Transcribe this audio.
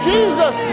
Jesus